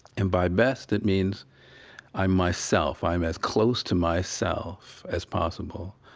and by best, it means i'm myself i'm as close to myself as possible.